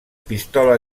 pistola